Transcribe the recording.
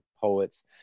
Poets